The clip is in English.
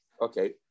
okay